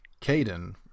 Caden